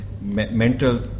mental